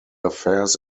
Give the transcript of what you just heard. affairs